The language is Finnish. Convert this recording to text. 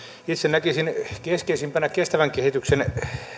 itse näkisin keskeisimpänä kestävän kehityksen